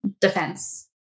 defense